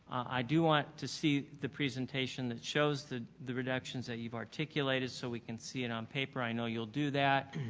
i do want to see the presentation that shows the the reductions that you've articulated so we can see it on paper. i know you'll do that.